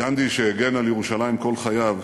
גנדי, שהגן על ירושלים כל חייו,